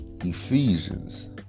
Ephesians